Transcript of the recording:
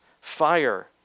fire